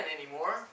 anymore